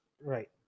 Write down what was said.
right